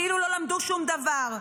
כאילו לא למדו שום דבר.